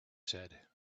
said